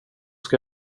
ska